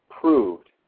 proved